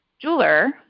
jeweler